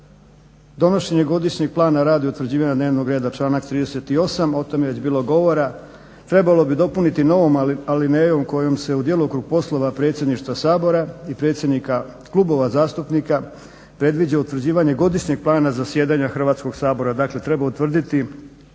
Donošenje godišnjeg plana rada i utvrđivanja dnevnog reda članak 38. o tome je već bilo govora trebalo bi dopuniti novom alinejom kojom se u djelokrug poslova Predsjedništva Sabora i predsjednika klubova zastupnika predviđa utvrđivanje godišnjeg plana zasjedanja Hrvatskog sabora.